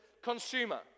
Consumer